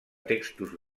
textos